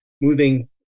moving